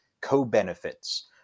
co-benefits